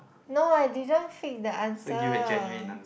no I didn't fake the answer